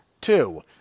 Two